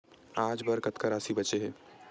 आज बर कतका राशि बचे हे?